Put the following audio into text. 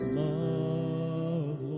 love